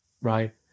Right